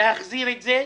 להחזיר את זה,